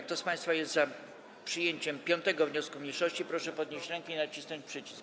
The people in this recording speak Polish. Kto z państwa jest za przyjęciem 5. wniosku mniejszości, proszę podnieść rękę i nacisnąć przycisk.